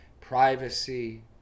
privacy